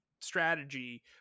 strategy